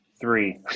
three